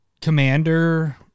commander